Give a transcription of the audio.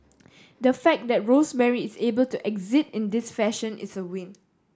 the fact that Rosemary is able to exit in this fashion is a win